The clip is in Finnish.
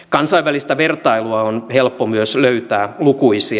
kansainvälistä vertailua on helppo myös löytää lukuisia